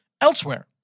elsewhere